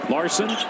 Larson